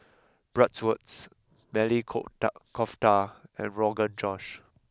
Bratwurst Maili coke da Kofta and Rogan Josh